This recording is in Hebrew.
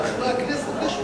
אחד מחברי הכנסת,